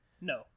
No